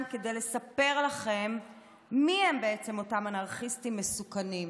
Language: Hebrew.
כדי לספר לכם מי הם אותם אנרכיסטים מסוכנים.